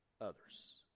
others